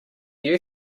you